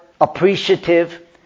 appreciative